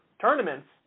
tournaments